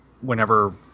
whenever